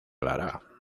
lara